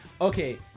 okay